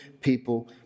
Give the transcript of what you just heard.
people